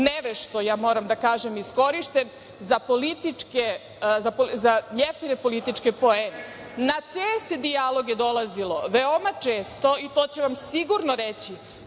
nevešto, moram da kažem, iskorišćen za jeftine političke poene. Na te se dijaloge dolazilo veoma često i to će vam sigurno reći